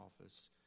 office